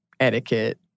Etiquette